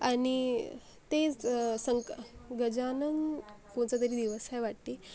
आणि ते संक गजानन कोणचा तरी दिवस आहे वाटते